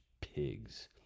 pigs